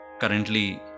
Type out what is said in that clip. currently